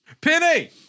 Penny